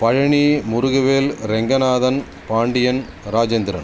Palani Murugavel Renganathan Pandian Rajendran